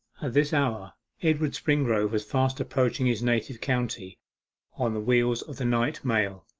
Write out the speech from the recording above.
at this hour edward springrove was fast approaching his native county on the wheels of the night-mail.